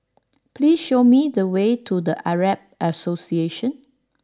please show me the way to the Arab Association